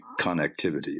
connectivity